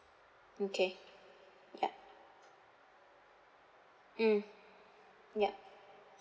okay yup mm yup